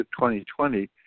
2020